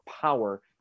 power